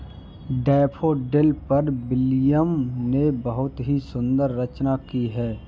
daffodil पर William ने बहुत ही सुंदर रचना की है